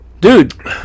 dude